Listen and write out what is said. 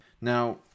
Now